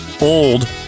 Old